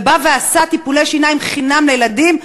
ובא ועשה טיפולי שיניים חינם לילדים.